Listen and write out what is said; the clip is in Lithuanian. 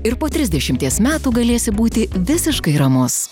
ir po trisdešimties metų galėsi būti visiškai ramus